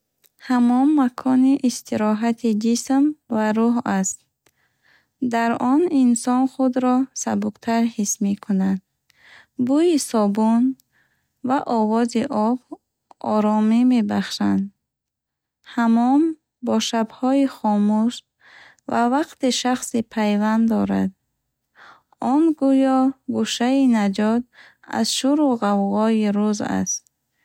Ҳаммом макони истироҳати ҷисм ва рӯҳ аст. Дар он инсон худро сабуктар ҳис мекунад. Бӯйи собун ва овози об оромӣ мебахшанд. Ҳаммом бо шабҳои хомӯш ва вақти шахсӣ пайванд дорад. Он гӯё гӯшаи наҷот аз шуру ғавғои рӯз аст.